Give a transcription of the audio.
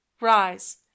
rise